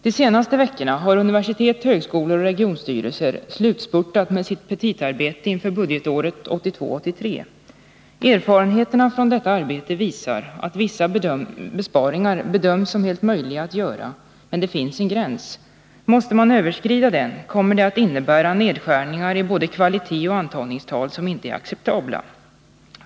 De senaste veckorna har universitet, högskolor och regionstyrelser slutspurtat med sitt petitaarbete för budgetåret 1982/83. Erfarenheterna av detta arbete visar att vissa besparingar bedöms som helt möjliga att göra, men det finns en gräns. Måste man överskrida den, kommer det att innebära nedskärningar i både kvalitet och antagningstal som inte är acceptabla.